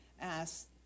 asked